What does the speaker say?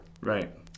Right